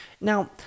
Now